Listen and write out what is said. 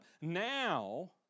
Now